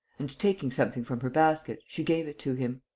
and, taking something from her basket, she gave it to him.